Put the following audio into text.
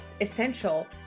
essential